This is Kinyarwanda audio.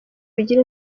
bigira